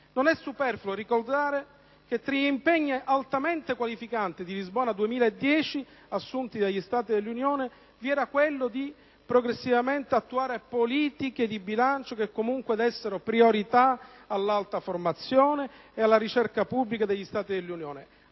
Non è superfluo ricordare che tra gli impegni altamente qualificanti di Lisbona 2010, assunti dagli Stati dell'Unione europea, vi era quello di attuare progressivamente politiche di bilancio che comunque dessero priorità all'alta formazione e alla ricerca pubblica degli Stati dell'Unione,